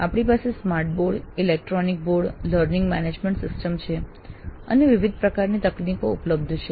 આપણી પાસે smart board electronic board learning management systems છે અને વિવિધ પ્રકારની તકનીકો ઉપલબ્ધ છે